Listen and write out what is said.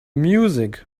music